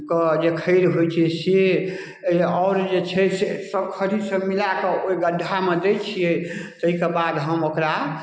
के जे खैर होइ छै से आओर जे छै से सभ खली सभ मिलाकऽ ओइ गड्ढामे दै छियै तैके बाद हम ओकरा